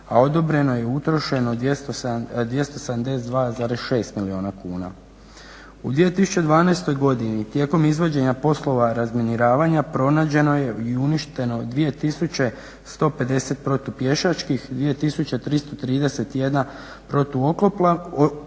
a odobreno i utrošeno 272,6 milijuna kuna. U 2012. godini tijekom izvođenja poslova razminiravanja pronađeno je i uništeno 2150 protupješačkih i 2331 protuoklopna